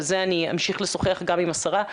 על זה אני אמשיך לשוחח גם עם השרה,